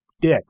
dick